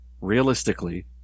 realistically